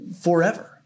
forever